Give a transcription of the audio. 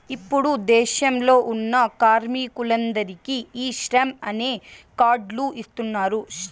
ఇప్పుడు దేశంలో ఉన్న కార్మికులందరికీ ఈ శ్రమ్ అనే కార్డ్ లు ఇస్తున్నారు